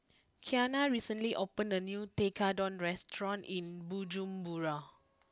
Qiana recently opened a new Tekkadon restaurant in Bujumbura